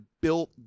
built